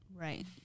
Right